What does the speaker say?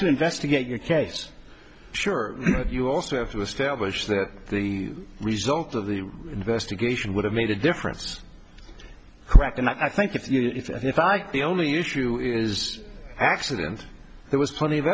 to investigate your case sure you also have to establish that the result of the investigation would have made a difference crack and i think if i got the only issue is accident there was plenty of